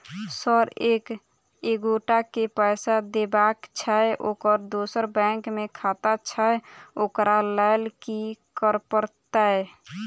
Sir एक एगोटा केँ पैसा देबाक छैय ओकर दोसर बैंक मे खाता छैय ओकरा लैल की करपरतैय?